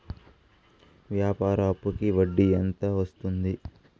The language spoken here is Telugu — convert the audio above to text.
వ్యాపార అప్పుకి వడ్డీ ఎంత వస్తుంది?